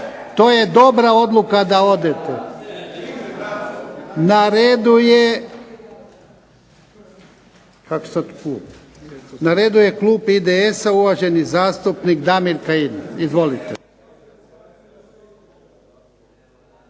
to je dobra odluka da odete. Na redu je Klub IDS-a uvaženi zastupnik Damir Kajin. Izvolite.